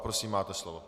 Prosím, máte slovo.